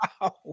Wow